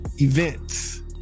events